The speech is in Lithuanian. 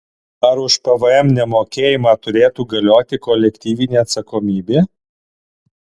ar už pvm nemokėjimą turėtų galioti kolektyvinė atsakomybė